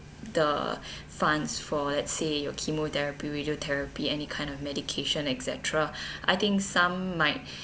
the funds for let's say your chemotherapy radiotherapy any kind of medication etcetera I think some might